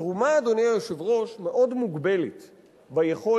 תרומה, אדוני היושב-ראש, היא מאוד מוגבלת ביכולת,